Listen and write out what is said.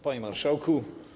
Panie Marszałku!